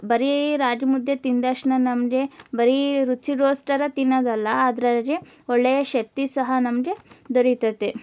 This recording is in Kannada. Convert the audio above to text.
ಬರಿ ರಾಗಿ ಮುದ್ದೆ ತಿಂದ ತಕ್ಷಣ ನಮಗೆ ಬರಿ ರುಚಿಗೋಸ್ಕರ ತಿನ್ನೋದಲ್ಲ ಅದರಾಗೆ ಒಳ್ಳೆಯ ಶಕ್ತಿ ಸಹ ನಮಗೆ ದೊರೆಯುತೈತೆ